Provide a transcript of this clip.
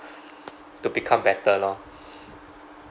to become better lor